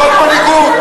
זאת מנהיגות,